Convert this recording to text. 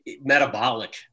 metabolic